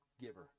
giver